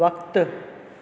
वक़्तु